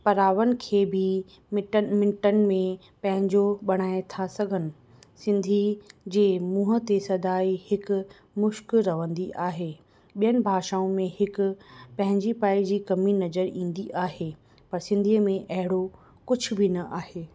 परावनि खे बि मिट मिंटनि में पंहिंजो बणाए था सघनि सिंधी जे मूंहं ते सदाईं हिकु मुश्क रहंदी आहे ॿियनि भाषाऊं में हिकु पंहिंजी पंहिंजी कमी नज़रु ईंदी आहे पर सिंधीअ में अहिड़ो कुझु बि न आहे